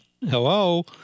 Hello